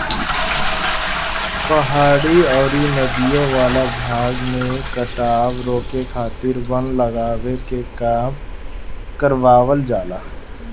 पहाड़ी अउरी नदियों वाला भाग में कटाव रोके खातिर वन लगावे के काम करवावल जाला